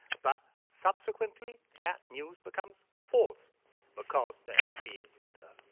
but subsequently that news becomes false because there has been the